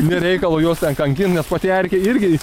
nėr reikalo juos ten kankint nes pati erkė irgi